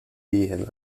wehen